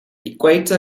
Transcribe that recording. equator